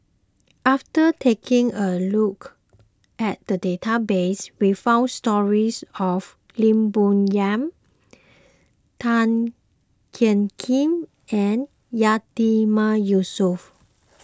after taking a look at the database we found stories of Lim Bo Yam Tan Jiak Kim and Yatiman Yusof